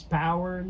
power